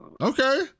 Okay